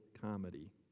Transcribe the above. comedy